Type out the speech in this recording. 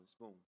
Boom